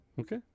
Okay